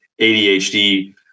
ADHD